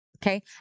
Okay